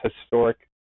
historic